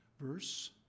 verse